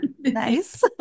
nice